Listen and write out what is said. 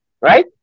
right